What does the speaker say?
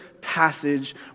passage